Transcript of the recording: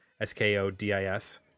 S-K-O-D-I-S